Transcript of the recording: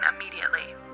immediately